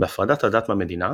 בהפרדת הדת מהמדינה,